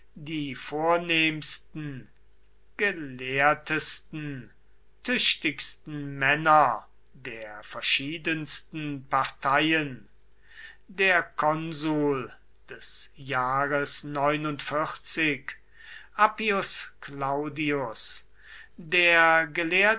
die vornehmsten gelehrtesten tüchtigsten männer der verschiedensten parteien der konsul des jahres appius claudius der